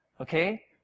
Okay